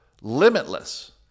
Limitless